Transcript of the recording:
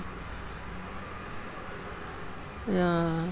ya